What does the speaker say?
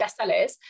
bestsellers